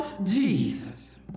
Jesus